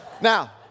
now